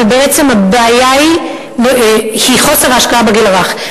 אבל בעצם הבעיה היא חוסר השקעה בגיל הרך.